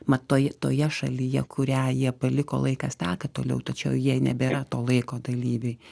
mat toj toje šalyje kurią jie paliko laikas teka toliau tačiau jie nebėra to laiko dalyviai